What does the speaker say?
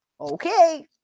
okay